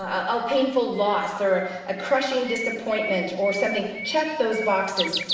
ah ah painful loss, or a crushing disappointment, or something, check those boxes,